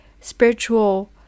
spiritual